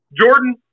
Jordan